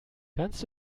kannst